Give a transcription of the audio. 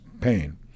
pain